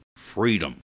freedom